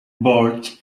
built